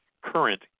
current